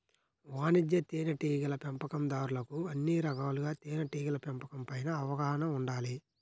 వాణిజ్య తేనెటీగల పెంపకందారులకు అన్ని రకాలుగా తేనెటీగల పెంపకం పైన అవగాహన ఉండాలి